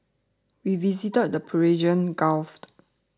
we visited the Persian Gulft